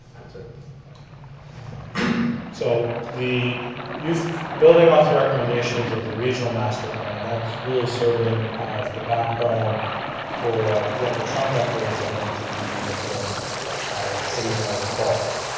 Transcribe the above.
so so the building off the recommendations of the regional master plan that's really serving as the backbone for what the trunk upgrade are going to be within the city of niagara falls.